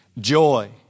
joy